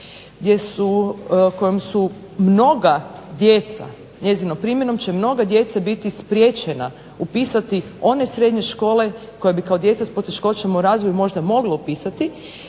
kojom su mnoga djeca, njezinom primjenom će mnoga djeca biti spriječena upisati one srednje škole koje bi kao djeca s poteškoćama u razvoju možda mogla upisati,